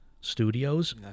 studios